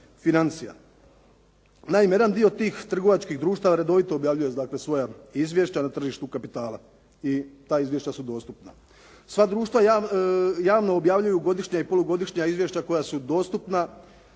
financija. Naime, jedan dio tih trgovačkih društava redovito objavljuje svoja izvješća na tržištu kapitala i ta izvješća su dostupna. Sva društva javno objavljuju godišnja i polugodišnja izvješća koja su dostupna